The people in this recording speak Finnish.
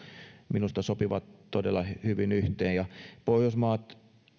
minusta sopivat todella hyvin yhteen ja